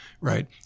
Right